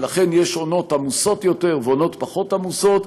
ולכן יש עונות עמוסות יותר ועונות פחות עמוסות,